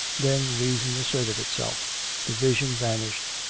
then reason asserted itself the vision vanished,